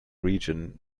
region